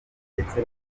ndetse